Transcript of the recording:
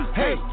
hey